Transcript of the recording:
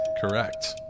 Correct